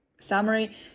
summary